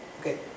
Okay